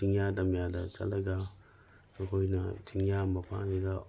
ꯆꯤꯡꯌꯥ ꯇꯝꯌꯥꯗ ꯆꯠꯂꯒ ꯑꯩꯈꯣꯏꯅ ꯆꯤꯡꯌꯥ ꯃꯄꯥꯟꯁꯤꯗ